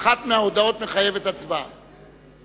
מחייבת הצבעה.